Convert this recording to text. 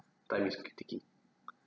time is keep ticking